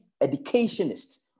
educationists